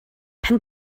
pen